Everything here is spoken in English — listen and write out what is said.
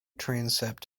transept